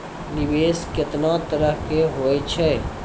निवेश केतना तरह के होय छै?